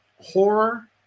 horror